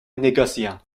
négociants